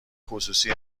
خصوصی